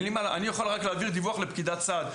אני רק יכול להעביר דיווח לפקידת סעד.